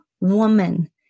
woman